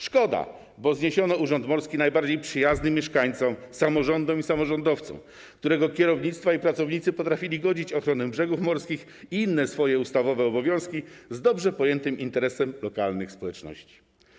Szkoda, bo zniesiono urząd morski najbardziej przyjazny mieszkańcom, samorządom i samorządowcom, którego kierownictwo i pracownicy potrafili godzić ochronę brzegów morskich i inne swoje ustawowe obowiązki z dobrze pojętym interesem lokalnych społeczności.